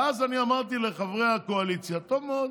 ואז אני אמרתי לחברי הקואליציה: טוב מאוד,